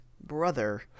brother